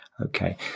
Okay